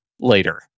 later